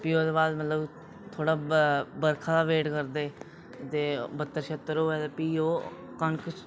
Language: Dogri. फ्ही ओह्दे बाद मतलब थोह्ड़ा बरखा दा वेट करदे ते बत्तर शत्तर होवै ते फ्ही ओह् कनक